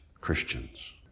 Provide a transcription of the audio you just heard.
Christians